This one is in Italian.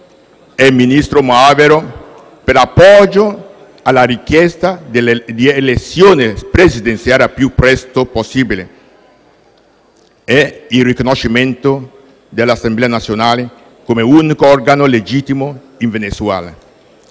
e il ministro Moavero Milanesi per l'appoggio alla richiesta di elezioni presidenziali il prima possibile e il riconoscimento dell'Assemblea nazionale come unico organo legittimo in Venezuela.